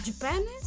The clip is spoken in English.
Japanese